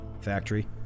factory